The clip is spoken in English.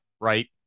right